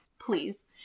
please